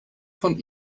von